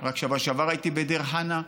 רק בשבוע שעבר הייתי בדיר חנא.